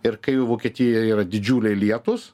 ir kai vokietijoj yra didžiuliai lietūs